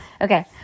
okay